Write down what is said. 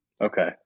okay